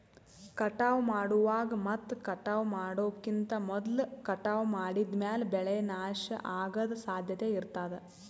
ಕಟಾವ್ ಮಾಡುವಾಗ್ ಮತ್ ಕಟಾವ್ ಮಾಡೋಕಿಂತ್ ಮೊದ್ಲ ಕಟಾವ್ ಮಾಡಿದ್ಮ್ಯಾಲ್ ಬೆಳೆ ನಾಶ ಅಗದ್ ಸಾಧ್ಯತೆ ಇರತಾದ್